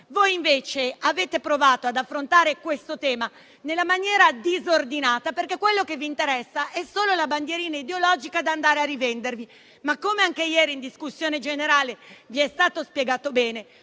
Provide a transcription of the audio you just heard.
Voi, invece, avete provato ad affrontare questo tema in maniera disordinata, perché quello che vi interessa è solo la bandierina ideologica da andare a rivendervi. Tuttavia, come vi è stato spiegato bene